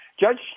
Judge